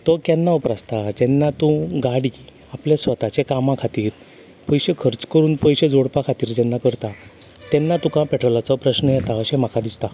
तो केन्ना उप्रासता जेन्ना तूं गाडी आपल्या स्वताची कामा खातीर पयशे खर्च करून पयशे जोडपा खातीर जेन्ना करता तेन्ना तुका पेट्रोलाचो प्रश्न येता अशें म्हाका दिसता